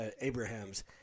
Abraham's